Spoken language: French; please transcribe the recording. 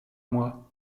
mois